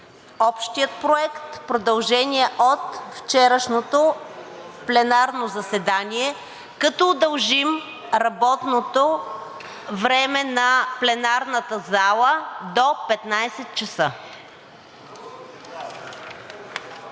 общия проект, продължение от вчерашното пленарно заседание, като удължим работното време на пленарната зала до 15,00 часа.